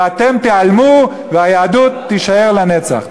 ואתם תיעלמו והיהדות תישאר לנצח.